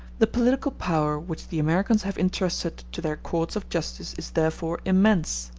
the political power which the americans have intrusted to their courts of justice is therefore immense,